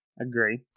agree